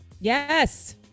yes